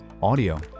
audio